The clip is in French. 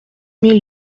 mille